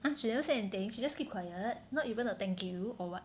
!huh! she never say anything she just keep quiet not even a thank you or what